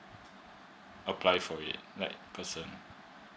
apply for it like person